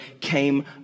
came